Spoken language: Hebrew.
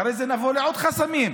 אחרי זה נבוא לעוד חסמים,